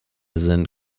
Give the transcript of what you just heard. sind